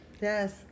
Yes